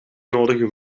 nodigen